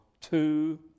two